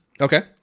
okay